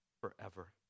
forever